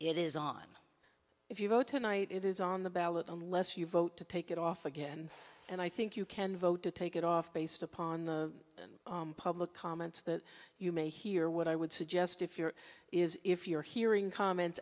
it is on if you vote tonight it is on the ballot unless you vote to take it off again and i think you can vote to take it off based upon the public comments that you may hear what i would suggest if your is if you're hearing comments